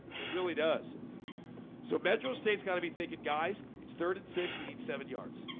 it really does so metro state's got to be thinking guys. it's third and six we need seven yards